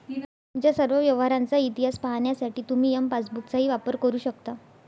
तुमच्या सर्व व्यवहारांचा इतिहास पाहण्यासाठी तुम्ही एम पासबुकचाही वापर करू शकता